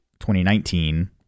2019